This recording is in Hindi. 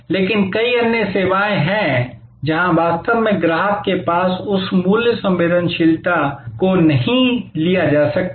लेकिन कई अन्य सेवाएं हैं जहां वास्तव में ग्राहक के पास उस मूल्य संवेदनशीलता नहीं हो सकती है